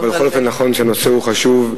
בכל אופן, נכון שהנושא חשוב.